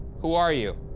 who are you?